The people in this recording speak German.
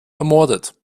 ermordet